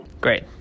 Great